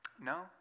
No